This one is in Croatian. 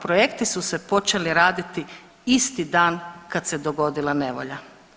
Projekti su se počeli raditi isti dan kad se dogodila nevolja.